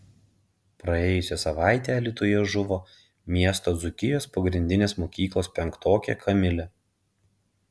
praėjusią savaitę alytuje žuvo miesto dzūkijos pagrindinės mokyklos penktokė kamilė